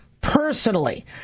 personally